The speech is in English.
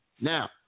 now